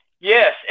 Yes